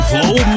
Flow